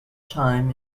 time